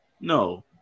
No